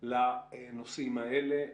לנושאים האלה,